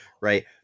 right